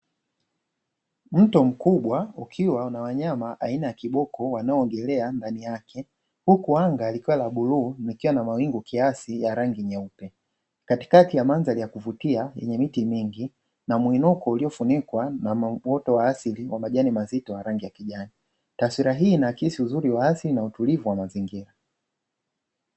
Mto mkubwa ukiwa na wanyama aina ya kiboko wanaoogelea ndani yake huku anga likiwa la bluu likiwa na mawingu kiasi ya rangi nyeupe, katikati ya mandhari ya kuvutia kwenye mti mingi na mwinuko uliofunikwa na uoto wa asili wa majani mazito rangi ya kijani, taswira hii ina kisi uzuri wa asil na utulivu wa mazingira.